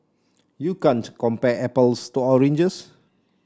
you can't compare apples to oranges